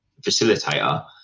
facilitator